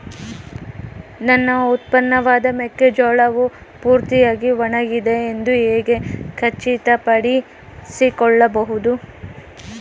ನನ್ನ ಉತ್ಪನ್ನವಾದ ಮೆಕ್ಕೆಜೋಳವು ಪೂರ್ತಿಯಾಗಿ ಒಣಗಿದೆ ಎಂದು ಹೇಗೆ ಖಚಿತಪಡಿಸಿಕೊಳ್ಳಬಹುದು?